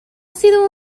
sido